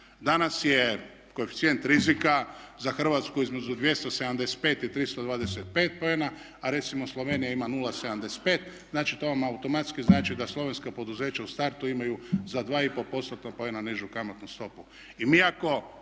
Danas je koeficijent rizika za Hrvatsku između 275 i 325 poena, a recimo Slovenija ima 0,75. Znači to vam automatski znači da slovenska poduzeća u startu imaju za 2,5%-tna poena nižu kamatnu stopu.